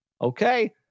Okay